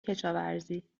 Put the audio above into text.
کشاورزی